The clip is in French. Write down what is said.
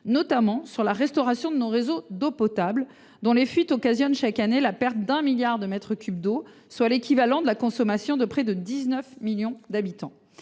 notamment sur la restauration de nos réseaux d’eau potable, dont les fuites occasionnent chaque année la perte de 1 milliard de mètres cubes d’eau, soit l’équivalent de la consommation de quelque 19 millions d’habitants.